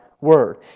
Word